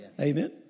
Amen